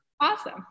awesome